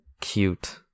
cute